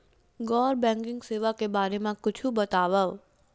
गैर बैंकिंग सेवा के बारे म कुछु बतावव?